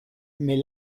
mais